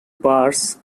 bars